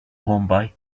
homeboy